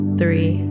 three